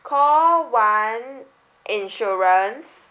call one insurance